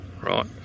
right